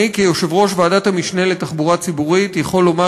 אני כיושב-ראש ועדת המשנה לתחבורה ציבורית יכול לומר